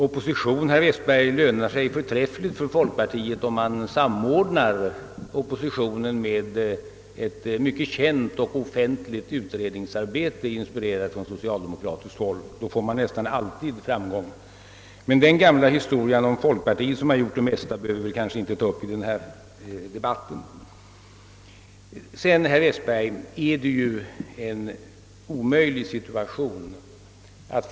Opposition, herr Westberg, lönar sig förträffligt för folkpartiet, om oppositionen samordnas med ett mycket känt offentligt utredningsarbete, inspirerat, från socialdemokratiskt håll. Då når man nästan alltid framgång. Men den gamla historien om folkpartiet som gjort det mesta behöver vi kanske inte ta upp i denna debatt. Vidare, herr Westberg, blir ju situationen omöjlig om man förfar som herr Westberg gjort i detta fall.